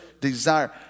desire